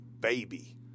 baby